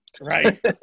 Right